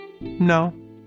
No